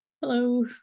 Hello